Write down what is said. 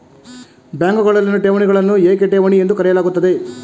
ಬ್ಯಾಂಕುಗಳಲ್ಲಿನ ಠೇವಣಿಗಳನ್ನು ಏಕೆ ಠೇವಣಿ ಎಂದು ಕರೆಯಲಾಗುತ್ತದೆ?